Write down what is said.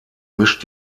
mischt